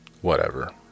Whatever